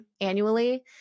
annually